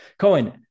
Cohen